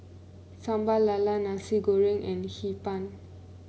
Sambal Lala Nasi Goreng and Hee Pan